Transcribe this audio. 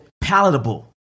palatable